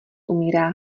umírá